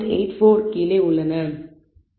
84 கீழே உள்ளன